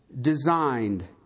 designed